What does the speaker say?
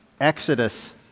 exodus